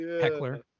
heckler